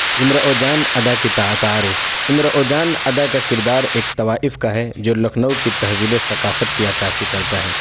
امراؤ جان ادا کی تعارف امراؤ جان ادا کا کردار ایک طوائف کا ہے جو لکھنؤ کی تہذیب و ثقافت کی عکاسی کرتا ہے